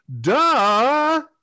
Duh